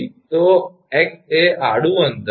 તો 𝑥 એ આડું અંતર છે